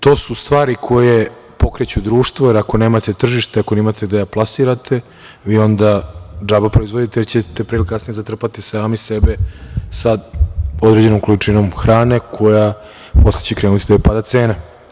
To su stvari koje pokreću društvo, jer ako nemate tržište, ako nemate gde da plasirate vi ona džaba proizvodite, jer ćete pre ili kasnije zatrpati sami sebe sa određenom količinom hrane kojoj će posle krenuti da opada cena.